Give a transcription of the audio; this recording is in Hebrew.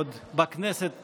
עוד בכנסת אז,